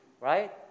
right